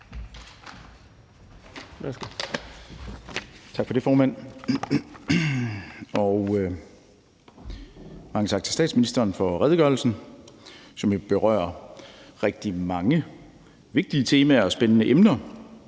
Tak for det, formand, og mange tak til statsministeren for redegørelsen, som jo berører rigtig mange vigtige temaer og spændende emner,